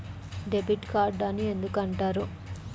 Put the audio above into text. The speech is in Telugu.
డెబిట్ కార్డు అని ఎందుకు అంటారు?